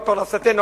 על פרנסתנו,